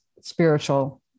spiritual